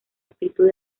actitud